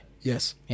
Yes